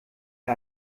der